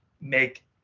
make